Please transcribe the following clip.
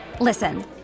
Listen